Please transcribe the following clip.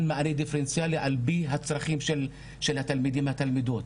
מענה דיפרנציאלי על פי הצרכים של התלמידים והתלמידות.